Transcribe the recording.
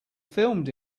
filmed